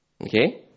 Okay